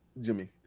Jimmy